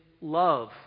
love